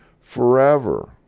forever